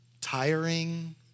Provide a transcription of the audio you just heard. tiring